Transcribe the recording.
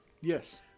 Yes